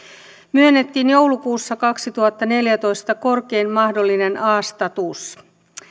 myönnettiin joulukuussa kaksituhattaneljätoista korkein mahdollinen a status